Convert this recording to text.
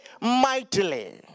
mightily